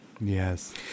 yes